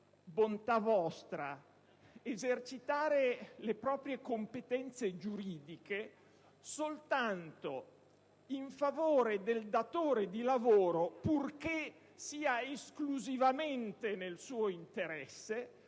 all'albo esercitare le proprie competenze giuridiche soltanto in favore del datore di lavoro, purché sia esclusivamente nel suo interesse,